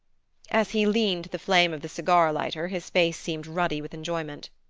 as he leaned to the flame of the cigar-lighter his face seemed ruddy with enjoyment.